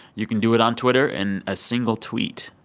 you can do it on twitter in a single tweet.